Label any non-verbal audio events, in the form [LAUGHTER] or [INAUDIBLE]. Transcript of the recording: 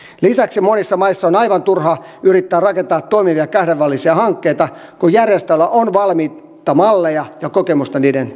lisäksi monissa maissa on aivan turha yrittää rakentaa toimivia kahdenvälisiä hankkeita kun järjestöillä on valmiita malleja ja kokemusta niiden [UNINTELLIGIBLE]